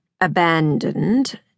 abandoned